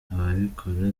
ababikora